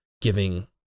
giving